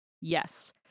Yes